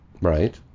Right